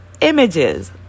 images